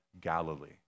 Galilee